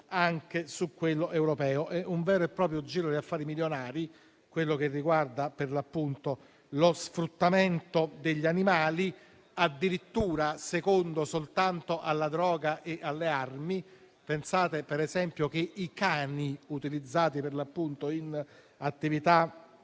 sia su quello europeo. È un vero e proprio giro di affari milionari - quello che riguarda, per l'appunto, lo sfruttamento degli animali - addirittura secondo soltanto alla droga e alle armi. Pensate, per esempio, che i cani utilizzati in attività